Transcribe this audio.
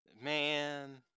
Man